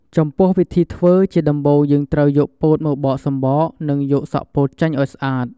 ចំពោះវិធីធ្វើ ជាដំបូងយើងត្រូវយកពោតមកបកសំបក និងយកសក់ពោតចេញឱ្យស្អាត។